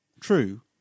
True